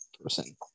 person